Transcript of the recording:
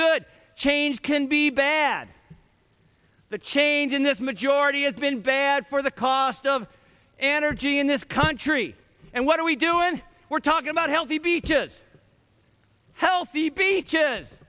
good change can be bad the change in this majority has been bad for the cost of energy in this country and what do we do when we're talking about healthy beaches healthy peaches